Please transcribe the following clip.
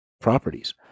Properties